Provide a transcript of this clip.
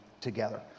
together